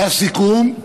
היה סיכום,